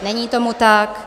Není tomu tak.